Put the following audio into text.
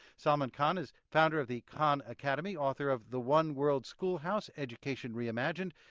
salman khan is founder of the khan academy, author of the one world schoolhouse education reimagined,